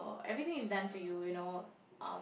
everything is done for you you know um